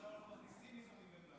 עכשיו אנחנו מכניסים איזונים ובלמים.